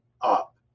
up